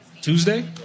Tuesday